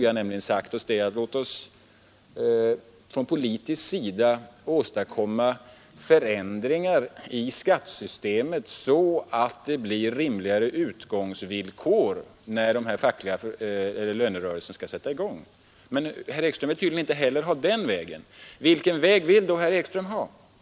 Vi har nämligen sagt oss: Lås oss från politisk sida åstadkomma förändringar i skattesystemet så att det blir rimligare utgångsvillkor när de här lönerörelserna skall sätta i gång. Men herr Ekström vill tydligen inte heller gå den vägen. Vilken väg vill då herr Ekström gå?